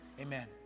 Amen